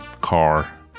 car